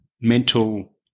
mental